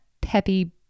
peppy